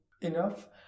enough